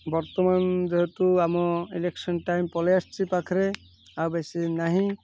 ବର୍ତ୍ତମାନ ଯେହେତୁ ଆମ ଇଲେକ୍ସନ୍ ଟାଇମ୍ ପଳେଇ ଆସିଛି ପାଖରେ ଆଉ ବେଶୀ ନାହିଁ